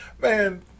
man